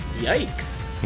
Yikes